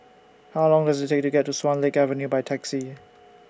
How Long Does IT Take to get to Swan Lake Avenue By Taxi